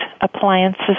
appliances